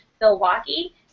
Milwaukee